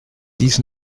dix